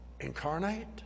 Incarnate